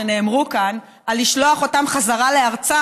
שנאמרו כאן על לשלוח אותם חזרה לארצם,